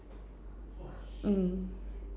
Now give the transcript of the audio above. mm